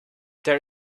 there